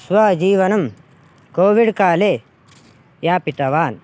स्वजीवनं कोविड्काले यापितवान्